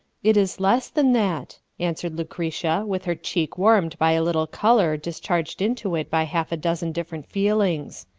it is less than that, answered lucretia, with her cheek warmed by a little colour discharged into it by half a dozen different feelings.